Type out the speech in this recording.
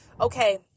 okay